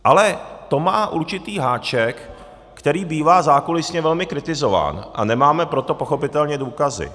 Ale to má určitý háček, který bývá zákulisně velmi kritizován, a nemáme pro to pochopitelně důkazy.